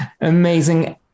Amazing